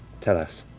tell us.